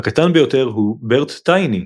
הקטן ביותר הוא BERT TINY,